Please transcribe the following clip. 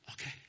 Okay